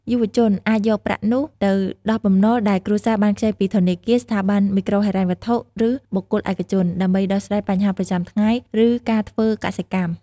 យុវជនអាចយកប្រាក់នោះទៅដោះបំណុលដែលគ្រួសារបានខ្ចីពីធនាគារ ស្ថាប័នមីក្រូហិរញ្ញវត្ថុ ឬបុគ្គលឯកជន ដើម្បីដោះស្រាយបញ្ហាប្រចាំថ្ងៃ ឬការធ្វើកសិកម្ម។